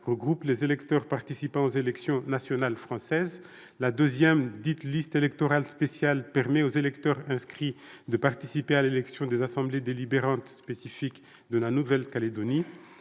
regroupe les électeurs participant aux élections nationales françaises. La deuxième, dite liste électorale spéciale, permet aux électeurs inscrits de participer à l'élection des assemblées délibérantes spécifiques de la Nouvelle-Calédonie.